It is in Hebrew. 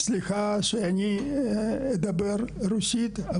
סליחה שאני אדבר רוסית.